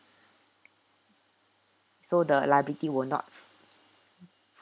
so the liability will not